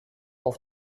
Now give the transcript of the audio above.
auf